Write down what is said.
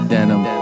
Denim